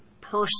person